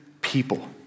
people